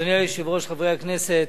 אדוני היושב-ראש, חברי הכנסת,